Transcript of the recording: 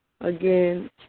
Again